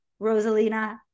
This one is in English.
Rosalina